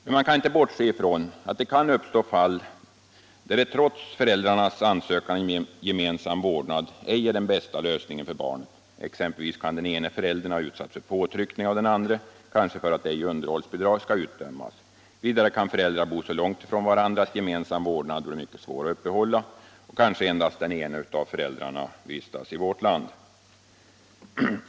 Men man kan inte bortse ifrån att det kan uppstå fall där gemensam vårdnad, trots föräldrarnas ansökan om sådan, inte är den bästa lösningen för barnet. Exempelvis kan den ene föräldern ha utsatts för påtryckning av den andre, kanske för att underhållsbidrag inte skall utdömas. Vidare kan föräldrarna bo så långt ifrån varandra att gemensam vårdnad blir mycket svår att upprätthålla. Och kanske endast den ene av föräldrarna vistas i vårt land.